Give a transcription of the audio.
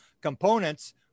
components